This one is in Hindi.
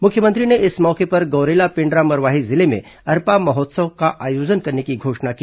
मुख्यमंत्री ने इस मौके पर गौरेला पेण्ड्रा मरवाही जिले में अरपा महोत्सव का आयोजन करने की घोषणा की